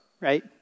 right